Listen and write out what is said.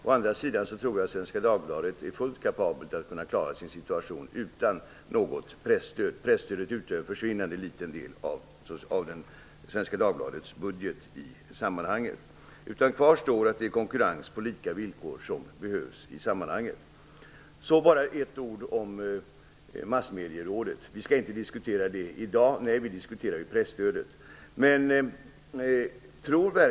Å andra sidan tror jag att Svenska Dagbladet är fullt kapabelt att klara sin situation utan något presstöd. Presstödet utgör en försvinnande liten del av Svenska Dagbladets budget. Kvar står att det är konkurrens på lika villkor som behövs i sammanhanget. Jag vill säga några ord om massmedierådet. Vi skall inte diskutera det i dag. Nej, vi diskuterar ju presstödet.